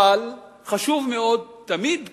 אבל חשוב מאוד תמיד,